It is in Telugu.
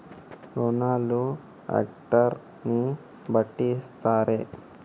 రుణాలు హెక్టర్ ని బట్టి ఇస్తారా?